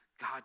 God